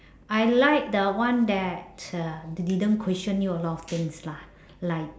I like the one that uh didn't question you a lot of things lah like